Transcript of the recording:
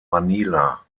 manila